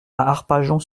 arpajon